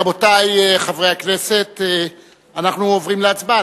רבותי חברי הכנסת, אנחנו עוברים להצבעה.